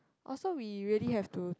oh so we really have to